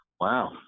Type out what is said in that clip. Wow